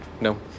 No